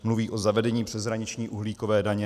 Mluví o zavedení přeshraniční uhlíkové daně.